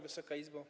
Wysoka Izbo!